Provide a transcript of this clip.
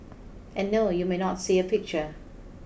and no you may not see a picture